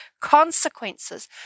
consequences